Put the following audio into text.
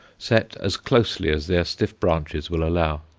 set as closely as their stiff branches will allow.